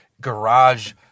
garage